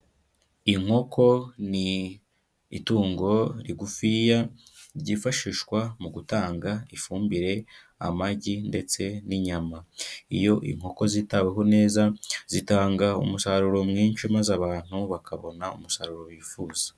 Inkoko ni itungo rigufiya ryifashishwa mu gutanga ifumbire, amagi ndetse n'inyama, iyo inkoko zitaweho neza zitanga umusaruro mwinshi maze abantu bakabona umusaruro bifuza.